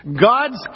God's